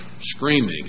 screaming